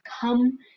come